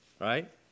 Right